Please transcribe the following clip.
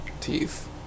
Teeth